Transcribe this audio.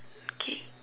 okay